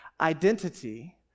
Identity